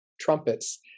trumpets